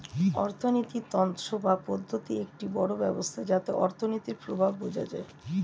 অর্থিনীতি তন্ত্র বা পদ্ধতি একটি বড় ব্যবস্থা যাতে অর্থনীতির প্রভাব বোঝা যায়